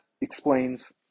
explains